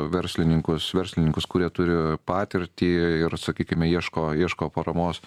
verslininkus verslininkus kurie turi patirtį ir sakykime ieško ieško paramos